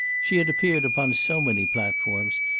she had appeared upon so many platforms,